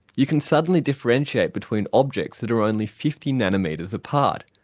you can suddenly differentiate between objects that are only fifty nanometres apart,